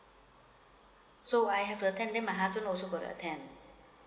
so I have uh to attend then my husband also will attend